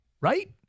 Right